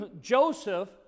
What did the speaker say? Joseph